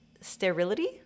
sterility